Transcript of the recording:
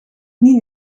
niet